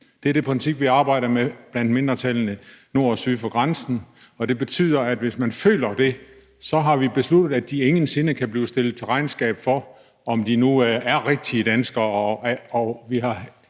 Det er det princip, vi arbejder med blandt mindretallene nord og syd for grænsen, og det betyder, at hvis man føler det, så har vi besluttet, at de ingen sinde kan blive stillet til regnskab for, om de nu er rigtige danskere.